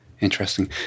Interesting